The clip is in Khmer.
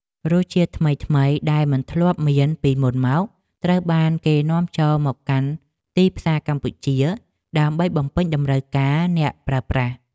រសជាតិថ្មីៗដែលមិនធ្លាប់មានពីមុនមកត្រូវបានគេនាំចូលមកកាន់ទីផ្សារកម្ពុជាដើម្បីបំពេញតម្រូវការអ្នកប្រើប្រាស់។